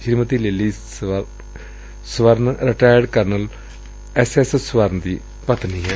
Shrimati Lilly Swaran retired colonel S S Swaran ਦੀ ਪਤਨੀ ਏ